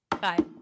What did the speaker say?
Bye